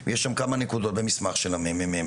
ויש שם כמה נקודות במסמך של ה- מ.מ.מ.